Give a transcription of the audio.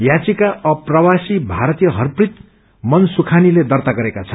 याचिका अप्रवासी भारीय हरप्रीत मनसुखानीले दर्त्ता गरेका छन्